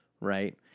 right